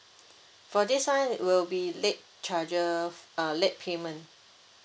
for this one will be late charger uh late payment